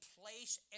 place